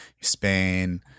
Spain